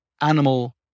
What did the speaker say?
animal